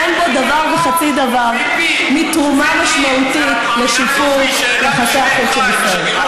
ואין לה דבר וחצי דבר עם תרומה משמעותית לשיפור יחסי החוץ של ישראל.